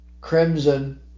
Crimson